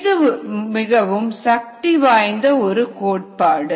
இது மிகவும் சக்தி வாய்ந்த ஒரு கோட்பாடு